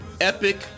epic